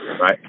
Right